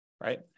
right